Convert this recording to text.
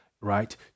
right